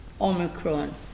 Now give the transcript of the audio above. Omicron